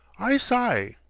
i sye,